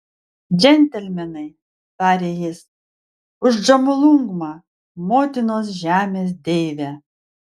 džentelmenai tarė jis už džomolungmą motinos žemės deivę